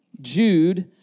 Jude